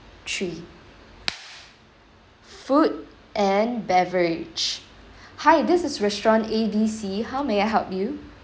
three food and beverage hi this is restaurant A B C how may I help you